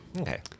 Okay